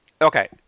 Okay